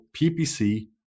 PPC